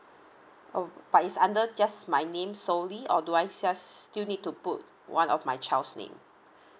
oh but is under just my name solely or do I just still need to put one of my child's name